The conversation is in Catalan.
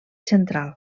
central